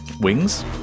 Wings